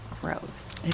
gross